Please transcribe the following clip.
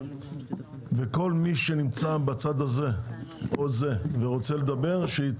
אני רוצה לומר לכם, שתדעו,